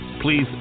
Please